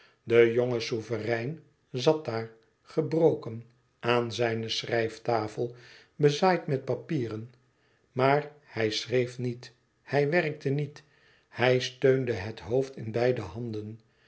de jonge souverein zat daar gebroken aan zijne schrijftafel bezaaid met papieren maar hij schreef niet hij werkte niet hij steunde het hoofd in beide handen